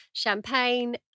champagne